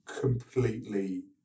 completely